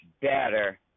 better